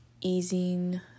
easing